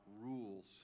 rules